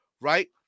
right